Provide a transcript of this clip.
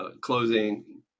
closing